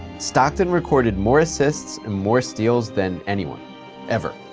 stockton recorded more assists and more steals than anyone ever.